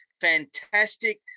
fantastic